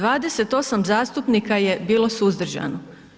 28 zastupnika je bilo suzdržana.